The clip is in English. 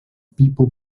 people